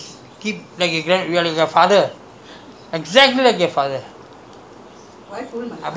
குப்ப போடுறான்:kuppa poduraan everytime go and buy thing and then is keep like your gra~ you're like your father